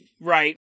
right